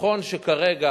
נכון שכרגע,